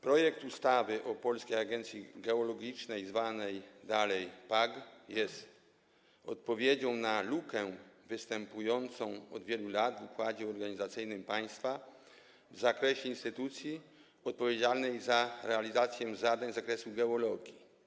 Projekt ustawy o Polskiej Agencji Geologicznej, zwanej dalej PAG, jest odpowiedzią na lukę występującą od wielu lat w układzie organizacyjnym państwa w zakresie instytucji odpowiedzialnej za realizację zadań z zakresu geologii.